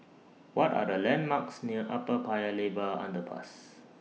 What Are The landmarks near Upper Paya Lebar Underpass